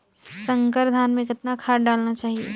संकर धान मे कतना खाद डालना चाही?